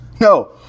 No